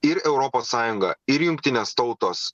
ir europos sąjunga ir jungtinės tautos